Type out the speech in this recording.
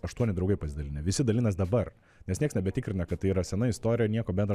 aštuoni draugai pasidalinę visi dalinas dabar nes nieks nebetikrina kad tai yra sena istorija nieko bendro